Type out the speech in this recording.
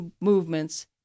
movements